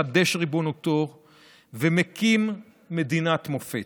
מחדש ריבונותו ומקים מדינת מופת.